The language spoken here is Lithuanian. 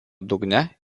dugne